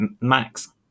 Max